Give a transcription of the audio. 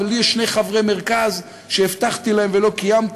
ולי יש שני חברי מרכז שהבטחתי להם ולא קיימתי,